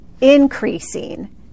increasing